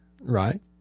right